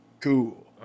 Cool